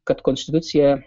kad konstitucija